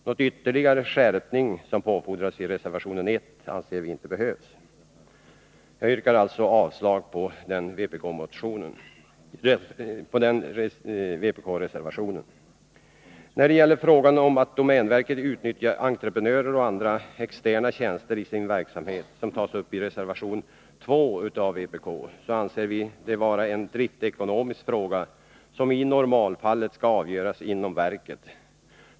Någon ytterligare skärpning, som påfordras i reservation 1, anser vi inte nödvändig. Jag yrkar alltså avslag på den vpk-reservationen. Frågan om att domänverket utnyttjar entreprenörer och andra externa tjänster i sin verksamhet, som tas upp i reservation 2 av vpk, anser vi vara en driftekonomisk fråga, som i normalfallet skall avgöras inom verket.